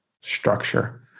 structure